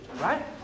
right